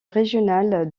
régional